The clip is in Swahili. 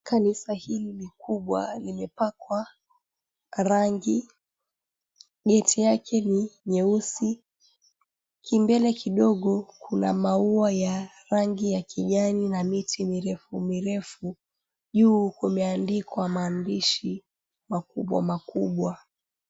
Kanisa hili kubwa limepakwa rangi. Geti yake ni nyeusi, kimbele kidogo kuna maua ya rangi ya kijani na miti mirefumirefu. Juu kumeandikwa maandishi makubwa makubwa.